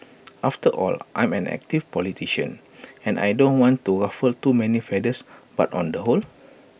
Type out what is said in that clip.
after all I'm an active politician and I don't want to ruffle too many feathers but on the whole